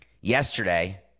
Yesterday